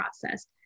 process